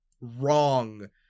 wrong